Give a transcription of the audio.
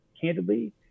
candidly